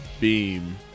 beam